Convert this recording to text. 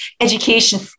education